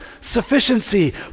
sufficiency